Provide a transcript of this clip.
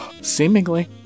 seemingly